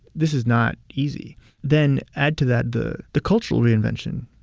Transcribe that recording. this is not easy then add to that the the cultural reinvention,